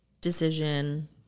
decision